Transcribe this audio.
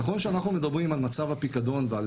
נכון שאנחנו מדברים על מצב הפיקדון ועל